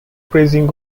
praising